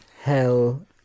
hell